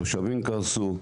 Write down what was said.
התושבים קרסו,